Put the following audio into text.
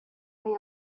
may